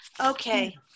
Okay